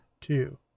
two